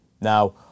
Now